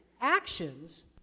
Actions